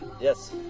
Yes